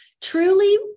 truly